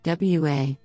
WA